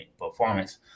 performance